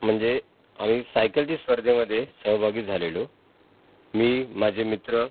म्हणजे आम्ही सायकलची स्पर्धेमध्ये सहभागी झालेलो मी माझे मित्र